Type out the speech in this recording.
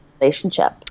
relationship